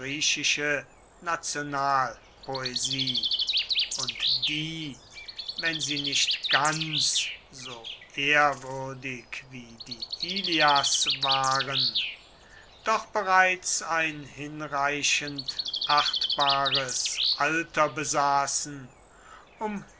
griechische nationalpoesie und die wenn sie nicht ganz so ehrwürdig wie die ilias waren doch bereits ein hinreichend achtbares alter besaßen um